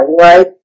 right